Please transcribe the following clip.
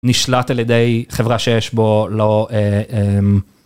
נשלט על ידי חברה שיש בו לא...